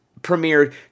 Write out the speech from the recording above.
premiered